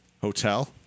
Hotel